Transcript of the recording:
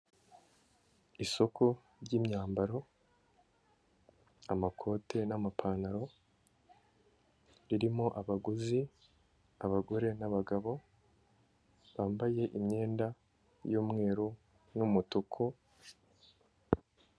Isoko ry'imyambaro, amakote n'amapantaro, ririmo abaguzi, abagore n'abagabo, bambaye imyenda y'umweru n'umutuku.